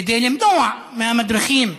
כדי למנוע מהמדריכים,